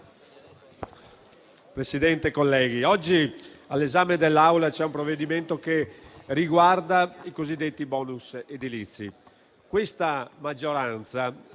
Presidente, colleghi, oggi all'esame dell'Assemblea c'è un provvedimento che riguarda i cosiddetti *bonus* edilizi. Questa maggioranza